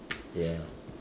ya